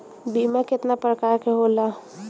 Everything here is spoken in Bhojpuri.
बीमा केतना प्रकार के होला?